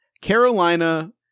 Carolina